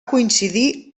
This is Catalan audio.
coincidir